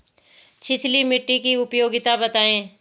छिछली मिट्टी की उपयोगिता बतायें?